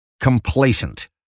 complacent